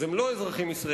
אז הם לא אזרחים ישראלים.